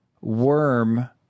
worm